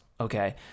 okay